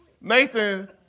Nathan